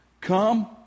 Come